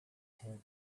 him